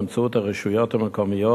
באמצעות הרשויות המקומיות,